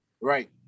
Right